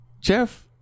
Jeff